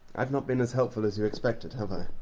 i've not been as helpful as you expected, have ah